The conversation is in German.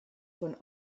von